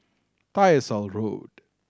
Tyersall Road